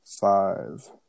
five